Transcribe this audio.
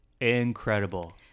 incredible